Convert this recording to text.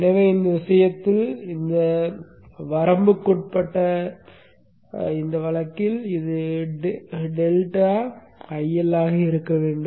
எனவே இந்த விஷயத்தில் இந்த வரம்புக்குட்பட்ட வழக்கில் இது டெல்டா IL ஆக இருக்க வேண்டும்